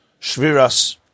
Shviras